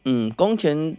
嗯工钱